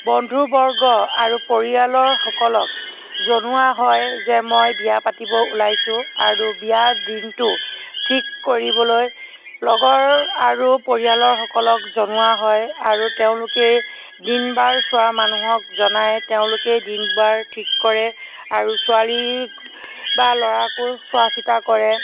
বন্ধুবৰ্গ আৰু পৰিয়ালৰসকলক জনোৱা হয় যে মই বিয়া পাতিব ওলাইছোঁ আৰু বিয়াৰ দিনটো ঠিক কৰিবলৈ লগৰ আৰু পৰিয়ালৰসকলক জনোৱা হয় আৰু তেওঁলোকে দিন বাৰ চোৱা মানুহক জনাই তেওঁলোকেই দিন বাৰ ঠিক কৰে আৰু ল'ৰা বা ছোৱালীকো চোৱা চিতা কৰে